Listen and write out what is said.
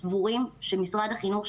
סבורים שמשרד החינוך,